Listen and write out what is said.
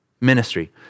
ministry